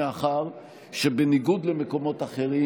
מאחר שבניגוד למקומות אחרים,